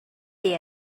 they